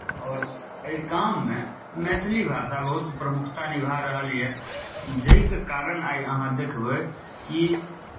आओर एहि काममे मैथिली भाषा बहुत प्रमुखता निभा रहल यए जाहिके कारण आइ अहाँ देखबै कि